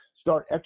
start